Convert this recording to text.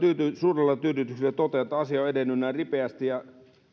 suurella tyydytyksellä totean että asia on edennyt näin ripeästi